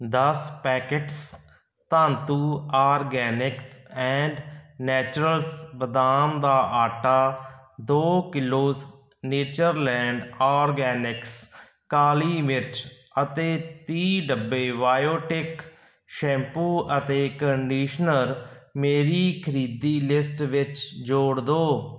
ਦਸ packets Dhatu organics and naturals ਬਦਾਮ ਦਾ ਆਟਾ ਦੋ ਕਿਲੋਜ਼ ਨੇਚਰਲੈਂਡ ਆਰਗੈਨਿਕਸ ਕਾਲੀ ਮਿਰਚ ਅਤੇ ਤੀਹ ਡੱਬੇ ਬਾਇਓਟਿਕ ਸ਼ੈਂਪੂ ਅਤੇ ਕੰਡੀਸ਼ਨਰ ਮੇਰੀ ਖਰੀਦੀ ਲਿਸਟ ਵਿੱਚ ਜੋੜ ਦੋ